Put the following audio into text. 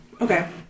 Okay